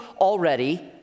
already